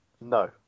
No